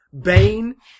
Bane